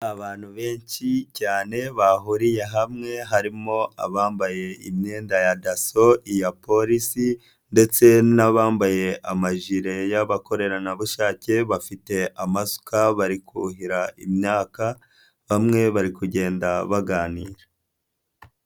Abantu benshi cyane bahuriye hamwe, harimo abambaye imyenda ya daso, iya polisi ndetse n'abambaye amajire y'abakorerabushake bafite amasuka bari kuhira imyaka, bamwe bari kugenda baganira.